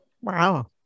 Wow